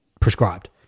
prescribed